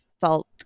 felt